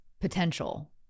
potential